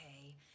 okay